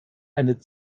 eine